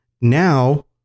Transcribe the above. now